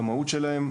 במהות שלהן.